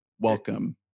Welcome